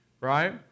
Right